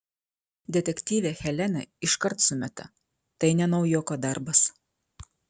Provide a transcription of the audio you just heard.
detektyvė helena iškart sumeta tai ne naujoko darbas